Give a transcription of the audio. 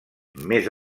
més